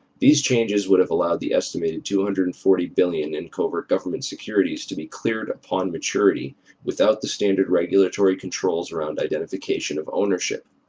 these changes would have allowed the estimated two hundred and forty billion dollars in covert government securities to be cleared upon maturity without the standard regulatory controls around identification of ownership.